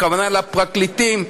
הכוונה לפרקליטים,